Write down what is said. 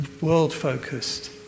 world-focused